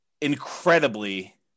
incredibly